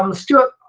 um stuart,